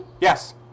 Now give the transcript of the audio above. Yes